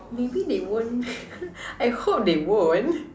maybe they won't I hope they won't